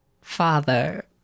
father